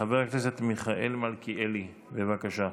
חבר הכנסת מיכאל מלכיאלי, בבקשה.